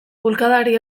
bulkadari